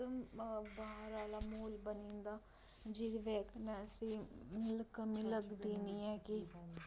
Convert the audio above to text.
मतलब बाह्र आह्ला म्हौल बनी जंदा जेह्दी बजह कन्नै असेंई मतलब कमी लगदी नी ऐ कि